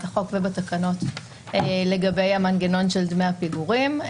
החוק ובתקנות לגבי המנגנון של דמי הפיגורים.